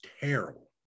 terrible